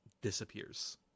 disappears